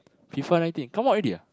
F_I_F_A Nineteen come out already ah